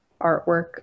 artwork